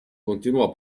continuò